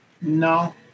No